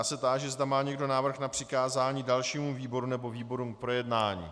Táži se, zda má někdo návrh na přikázání dalšímu výboru nebo výborům k projednání.